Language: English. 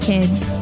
Kids